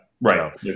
right